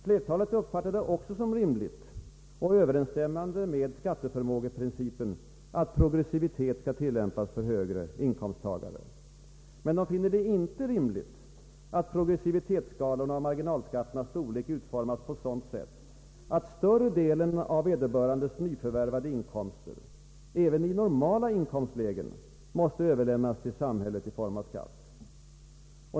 Flertalet uppfattar det också såsom rimligt och överensstämmande med skatteförmågeprincipen att progressivitet skall tillämpas för högre inkomsttagare, Men de finner det inte rimligt att progressivitetsskalorna och marginalskatternas storlek utformas på sådant sätt att större delen av vederbörandes nyförvärvade inkomster även i normala inkomstlägen måste överlämnas till samhället i form av skatt.